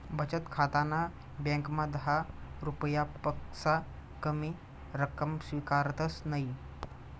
बचत खाताना ब्यांकमा दहा रुपयापक्सा कमी रक्कम स्वीकारतंस नयी